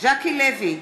ז'קי לוי,